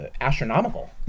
astronomical